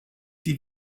die